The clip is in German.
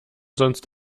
sonst